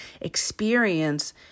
experience